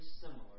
similar